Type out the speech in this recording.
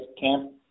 camp